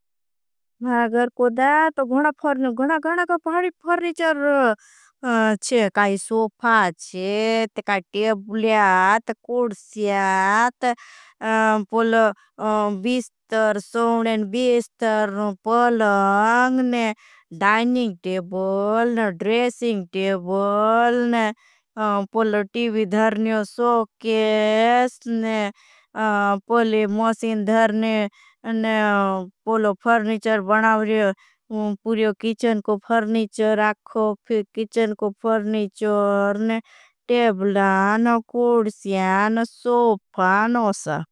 मैं अगर कोड़ा तो गणा गणा का फर्णीचर चे। काई सोपा चे तो काई टेबल्यात कुड़स्यात। पोलो बीस्तर सोण, बीस्तर पलंग, डाइनिंग टेबल, ड्रेसिंग टेबल। पोलो टीवी धरन्य, सोकेस्, पोलो मॉसीन धरन्य, पोलो। फर्णीचर बना वरे पुरियो कीचन को फर्णीचर रखो फिर कीचन। को फर्णीचर ने टेबलान, कुड़स्यान, सोपान ओसा।